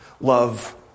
love